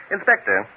Inspector